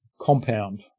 compound